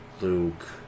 Luke